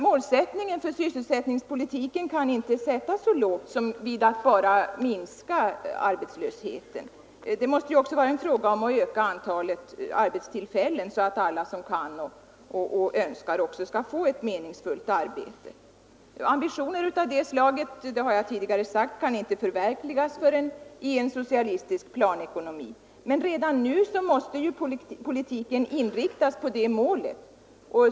Målet för sysselsättningspolitiken kan inte sättas så lågt som vid att bara minska arbetslösheten — det måste också vara fråga om att öka antalet arbetstillfällen så att alla som önskar det skall få ett meningsfullt arbete. Ambitioner av det slaget kan, som jag tidigare har sagt, inte förverkligas förrän i en socialistisk planekonomi. Men redan nu måste politiken inriktas på det målet.